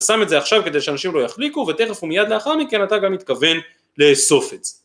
שם את זה עכשיו כדי שאנשים לא יחליקו ותכף ומייד לאחר מכן אתה גם מתכוון לאסוף את זה